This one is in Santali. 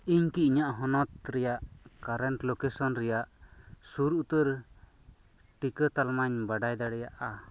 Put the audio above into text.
ᱤᱧ ᱠᱤ ᱤᱧᱟᱹᱜ ᱦᱚᱱᱚᱛ ᱵᱤᱨᱵᱷᱩᱢ ᱨᱮᱭᱟᱜ ᱠᱟᱨᱮᱱᱴ ᱞᱳᱠᱮᱥᱚᱱ ᱨᱮᱭᱟᱜ ᱥᱩᱨ ᱩᱛᱟᱹᱨ ᱴᱤᱠᱟᱹ ᱛᱟᱞᱢᱟᱧ ᱵᱟᱰᱟᱭ ᱫᱟᱲᱮᱭᱟᱜᱼᱟ